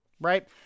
right